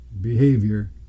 behavior